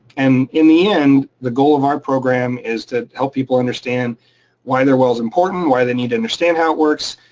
and in the end, the goal of our program is to help people understand why their well is important, why they need to understand how it works,